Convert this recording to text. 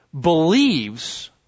believes